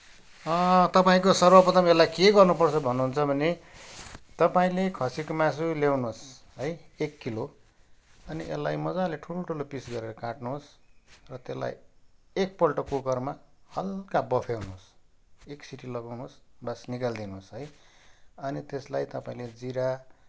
तपाईँको सर्वप्रथम यसलाई के गर्नुपर्छ भन्नुहुन्छ भने तपाईँले खसीको मासु ल्याउनुहोस् है एक किलो अनि यसलाई मजाले ठुलठुलो पिस गरेर काट्नुहोस् र त्यसलाई एकपल्ट कुकरमा हल्का बफ्याउनुहोस् एक सिटी लगाउनुहोस् बास निकालिदिनु होस् है अनि त्यसलाई तपाईँले जिरा